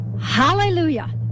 Hallelujah